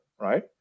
right